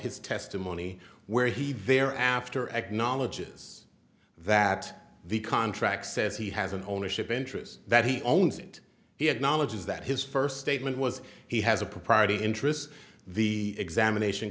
his testimony where he there after acknowledges that the contract says he has an ownership interest that he owns it he had knowledge is that his first statement was he has a propriety interest the examination